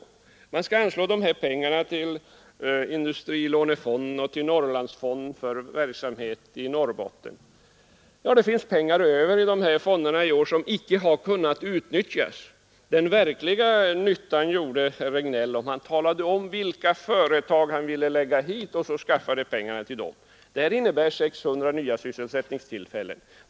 Jo, man skall anslå de här pengarna till industrilånefonden och till Norrlandsfonden för verksamhet i Norrbotten. Det finns pengar över i dessa fonder i år som icke har kunnat utnyttjas. Den verkliga nyttan skulle herr Regnéll göra om han talade om vilka företag han skulle vilja lägga hit till detta område och hur man skall skaffa pengar till dem. Vad som här föreslås innebär 600 nya sysselsättningstillfällen.